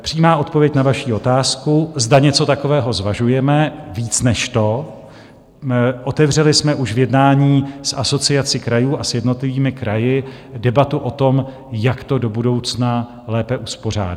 Přímá odpověď na vaši otázku, zda něco takového zvažujeme víc než to, otevřeli jsme už jednání s Asociací krajů a s jednotlivými kraji debatu o tom, jak to do budoucna lépe uspořádat.